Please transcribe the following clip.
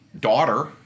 daughter